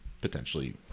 potentially